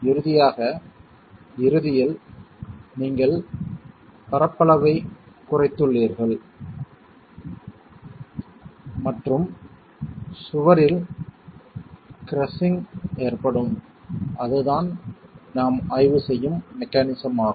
இறுதியாக இறுதியில் நீங்கள் பரப்பளவைக் குறைத்துள்ளீர்கள் மற்றும் சுவரில் கிரஸ்ஸிங் ஏற்படும் அதுதான் நாம் ஆய்வு செய்யும் மெக்கானிஸம் ஆகும்